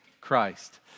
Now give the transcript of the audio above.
Christ